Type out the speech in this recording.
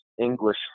English